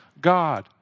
God